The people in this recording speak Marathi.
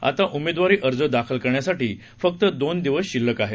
आता उमेदवारी अर्ज दाखल करण्यासाठी फक्त दोन दिवस शिल्लक आहेत